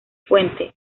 fuente